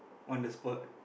on the spot